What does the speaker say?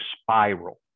spiral